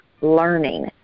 learning